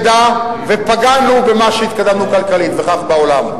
ופגענו במה שהתקדמנו כלכלית, וכך בעולם.